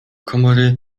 komory